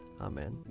Amen